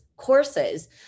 courses